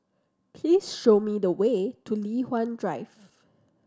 please show me the way to Li Hwan Drive